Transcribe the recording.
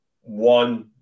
One